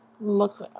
look